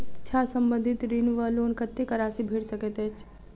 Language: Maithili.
शिक्षा संबंधित ऋण वा लोन कत्तेक राशि भेट सकैत अछि?